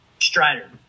Strider